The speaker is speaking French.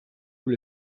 vous